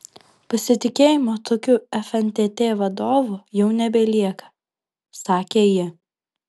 pasitikėjimo tokiu fntt vadovu jau nebelieka sakė ji